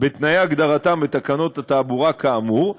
בתנאי הגדרתם בתקנות התעבורה כאמור,